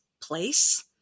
place